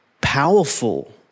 powerful